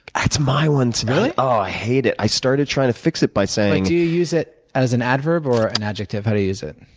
that's my one, too. really? oh, i hate it. i started trying to fix it by saying do you use it as an adverb or an adjective? how do you use it?